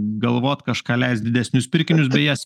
galvot kažką leist didesnius pirkinius beje